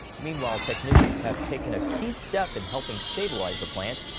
meanwhile, technicians have taken a key step in helping stabilize the plant.